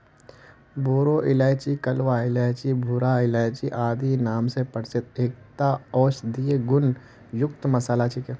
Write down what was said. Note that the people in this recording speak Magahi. बोरो इलायची कलवा इलायची भूरा इलायची आदि नाम स प्रसिद्ध एकता औषधीय गुण युक्त मसाला छिके